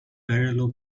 barrel